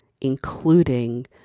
including